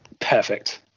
perfect